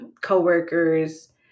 co-workers